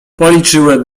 policzyłem